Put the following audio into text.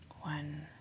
one